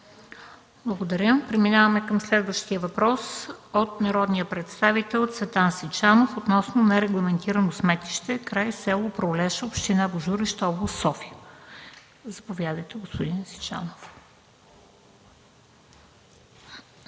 Благодаря. Преминаваме към следващия въпрос от народния представител Цветан Сичанов относно нерегламентирано сметище край село Пролеша, община Божурище, област София. Заповядайте, господин Сичанов.